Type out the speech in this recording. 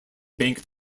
bank